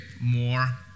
more